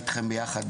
אבל עשינו הרבה,